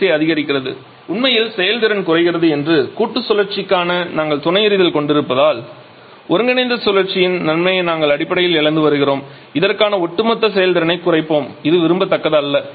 xA அதிகரிக்கிறது உண்மையில் செயல் திறன் குறைகிறது என்று கூட்டு சுழற்சிக்கான நாங்கள் துணை எரிதல் கொண்டிருப்பதால் ஒருங்கிணைந்த சுழற்சியின் நன்மையை நாங்கள் அடிப்படையில் இழந்து வருகிறோம் இதற்கான ஒட்டுமொத்த செயல்திறனைக் குறைப்போம் இது விரும்பத்தக்கதல்ல